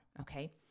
Okay